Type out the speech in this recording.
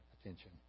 attention